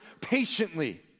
patiently